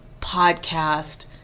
podcast